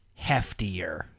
heftier